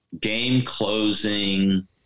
game-closing